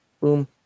boom